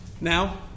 Now